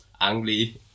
angry